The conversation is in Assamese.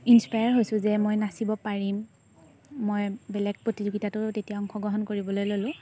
ইন্সপায়াৰ হৈছোঁ যে মই নাচিব পাৰিম মই বেলেগ প্ৰতিযোগিতাটো তেতিয়া অংশগ্ৰহণ কৰিবলৈ ল'লোঁ